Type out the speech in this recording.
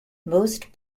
most